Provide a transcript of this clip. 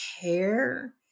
care